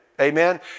Amen